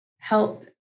help